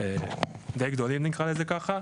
בתקציבים די גדולים נקרא לזה ככה.